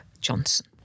Johnson